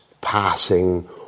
passing